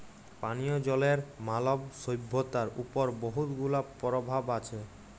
পানীয় জলের মালব সইভ্যতার উপর বহুত গুলা পরভাব আছে